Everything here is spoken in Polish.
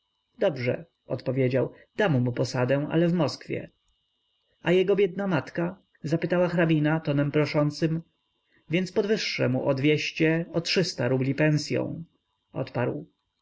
dobrze odpowiedział dam mu posadę ale w moskwie a jego biedna matka zapytała hrabina tonem proszącym więc podwyższę mu o dwieście o trzysta rubli pensyą odparł